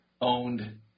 owned